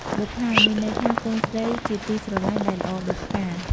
បុប្ផា មានន័យថាកូនស្រីជាទីស្រលាញ់ដែលល្អដូចផ្កា។